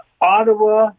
Ottawa